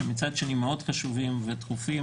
שמצד שני הם מאוד חשובים ודחופים,